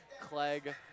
Clegg